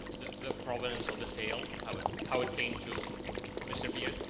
the the provenance of the sale? how it how it came to mr. beard?